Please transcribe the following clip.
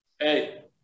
Hey